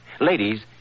Ladies